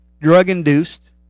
drug-induced